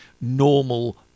normal